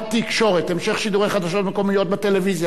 (המשך שידורי חדשות מקומיות בטלוויזיה)